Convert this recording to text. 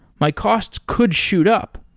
my costs could shoot up,